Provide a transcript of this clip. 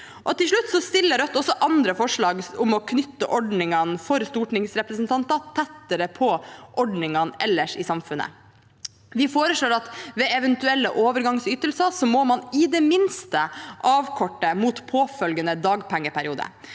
Til slutt fremmer Rødt også andre forslag om å knytte ordningene for stortingsrepresentanter tettere på ordningene ellers i samfunnet. Vi foreslår at ved eventu elle overgangsytelser må man i det minste avkorte mot påfølgende dagpengeperiode